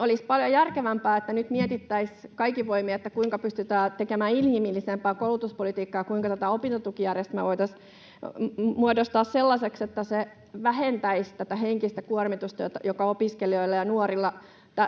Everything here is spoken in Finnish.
olisi paljon järkevämpää, että nyt mietittäisiin kaikin voimin, kuinka pystytään tekemään inhimillisempää koulutuspolitiikkaa ja kuinka tätä opintotukijärjestelmää voitaisiin muodostaa sellaiseksi, että se vähentäisi tätä henkistä kuormitusta, joka opiskelijoilla ja nuorilla